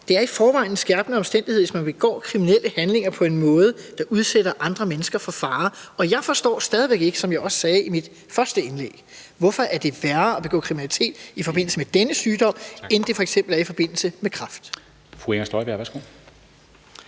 Det er i forvejen en skærpende omstændighed, hvis man begår kriminelle handlinger på en måde, der udsætter andre mennesker for fare. Jeg forstår stadig ikke, som jeg også sagde i mit første indlæg, hvorfor det er værre at begå kriminalitet i forbindelse med denne sygdom, end det er f.eks. i forbindelse med kræft. Kl. 11:04 Formanden